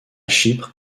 chypre